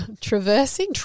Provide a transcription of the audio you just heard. traversing